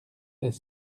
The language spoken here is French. est